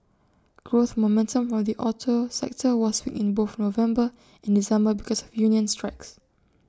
growth momentum from the auto sector was weak in both November and December because of union strikes